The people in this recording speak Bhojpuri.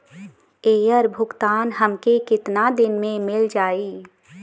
ऐकर भुगतान हमके कितना दिन में मील जाई?